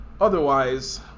Otherwise